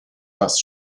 fasst